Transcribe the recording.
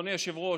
אדוני היושב-ראש,